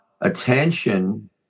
attention